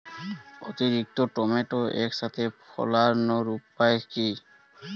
অতিরিক্ত টমেটো একসাথে ফলানোর উপায় কী?